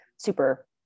super